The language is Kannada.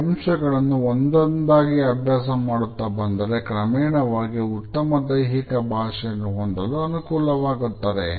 ಈ ಅಂಶಗಳನ್ನು ಒಂದೊಂದಾಗಿ ಅಭ್ಯಾಸ ಮಾಡುತ್ತಾ ಬಂದರೆ ಕ್ರಮೇಣವಾಗಿ ಉತ್ತಮ ದೈಹಿಕ ಭಾಷೆಯನ್ನು ಹೊಂದಲು ಅನುಕೂಲವಾಗುತ್ತದೆ